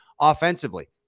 offensively